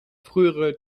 frühe